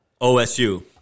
OSU